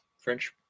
French